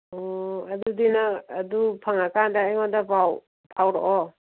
ꯑꯗꯨꯗꯤ ꯅꯪ ꯑꯗꯨ ꯐꯪꯉꯀꯥꯟꯗ ꯑꯩꯉꯣꯟꯗ ꯄꯥꯎ ꯐꯥꯎꯔꯛꯑꯣ